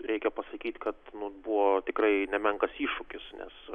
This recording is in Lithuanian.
reikia pasakyt kad nu buvo tikrai nemenkas iššūkis nes